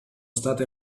state